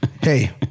hey